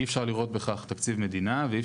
אי אפשר לראות בכך תקציב מדינה ואי